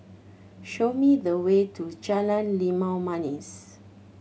show me the way to Jalan Limau Manis